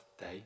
day